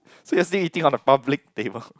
so you're still eating on a public table